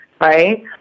right